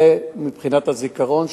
זה מבחינת הזיכרון,